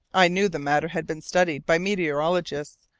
i knew the matter had been studied by meteorologists,